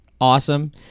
awesome